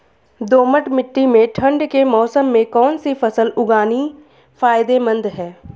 दोमट्ट मिट्टी में ठंड के मौसम में कौन सी फसल उगानी फायदेमंद है?